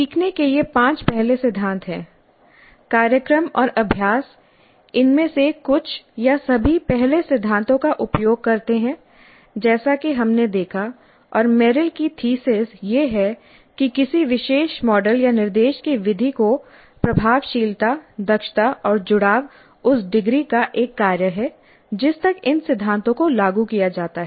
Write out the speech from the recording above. सीखने के ये पांच पहले सिद्धांत हैं कार्यक्रम और अभ्यास इनमें से कुछ या सभी पहले सिद्धांतों का उपयोग करते हैं जैसा कि हमने देखा और मेरिल की थीसिस Merill's thesis यह है कि किसी विशेष मॉडल या निर्देश की विधि की प्रभावशीलता दक्षता और जुड़ाव उस डिग्री का एक कार्य है जिस तक इन सिद्धांतों को लागू किया जाता है